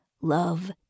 Love